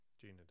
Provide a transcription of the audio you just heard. Gina